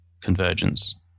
convergence